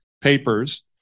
papers